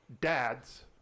dads